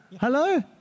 hello